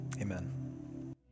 Amen